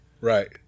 right